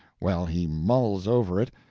well, he mulls over it,